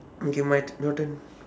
okay my your turn